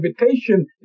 invitation